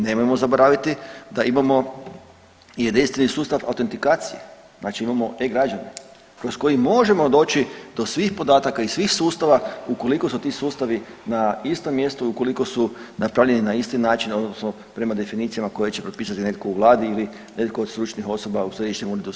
Nemojmo zaboraviti da imamo i jedinstveni sustav autetifikacije znači imamo e-Građani kroz koji možemo doći do svih podataka iz svih sustava ukoliko su ti sustavi na istom mjestu i ukoliko su napravljeni na isti način odnosno prema definicijama koje će propisati netko u vladi ili netko od stručnih osoba u Središnjem uredu za